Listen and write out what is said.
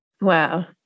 Wow